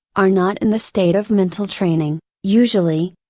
are not in the state of mental training, usually,